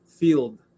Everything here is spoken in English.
field